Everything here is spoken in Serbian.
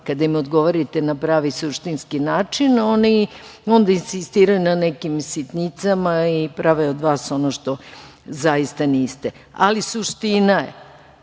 Kada im odgovorite na pravi suštinski način, oni onda insistiraju na nekim sitnicama i prave od vas ono što zaista niste. Suština je